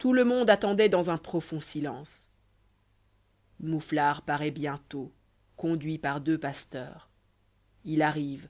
ïout le monde attendoit dîms un profond âlence mouflar paraît bientôt conduit par deux pasteur il u arrive